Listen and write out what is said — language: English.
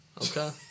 Okay